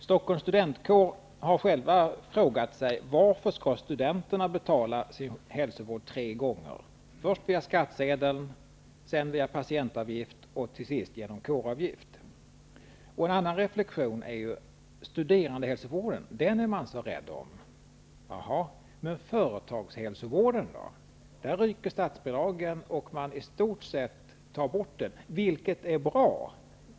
Stockholms studentkår har frågat sig varför studenterna skall betala sin hälsovård tre gånger, först via skattsedeln, sedan via patientavgift och till sist genom kåravgift. En annan reflexion är att man är så rädd om studerandehälsovården. Men för företagshälsovården ryker statsbidraget och man tar i stort sett bort den, vilket är bra.